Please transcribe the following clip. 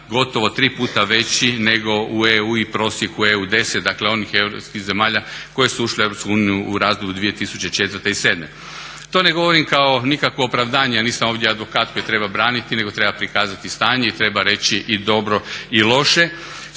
gotovo 3 puta veći nego u EU i prosjeku EU deset. Dakle, onih europskih zemalja koje su ušle u EU u razdoblju 2004. i sedme. To ne govorim kao nikakvo opravdanje. Ja nisam ovdje advokat koji treba braniti, nego treba prikazati stanje i treba reći i dobro i loše.